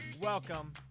Welcome